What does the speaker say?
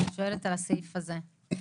היא שואלת על הסעיף הזה.